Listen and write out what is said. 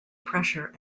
pressure